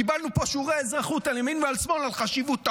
קיבלנו פה שיעורי אזרחות על ימין ועל שמאל על חשיבות הרוב: